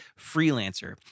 freelancer